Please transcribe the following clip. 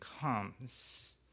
comes